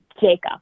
Jacob